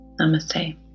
Namaste